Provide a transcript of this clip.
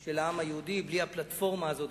של העם היהודי בלי הפלטפורמה הזאת,